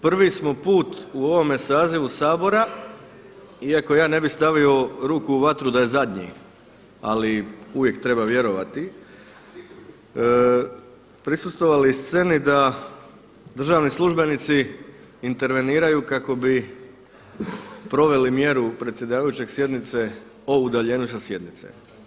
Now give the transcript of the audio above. Prvi smo put u ovome sazivu Sabora, iako ja ne bi stavio ruku u vatru da je zadnji, ali uvijek treba vjerovati, prisustvovali sceni da državni službenici interveniraju kako bi proveli mjeru predsjedavajućeg sjednici o udaljenju sa sjednice.